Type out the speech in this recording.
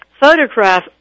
photograph